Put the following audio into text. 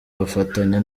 bafatanya